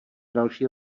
další